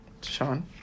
Sean